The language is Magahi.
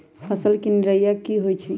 फसल के निराया की होइ छई?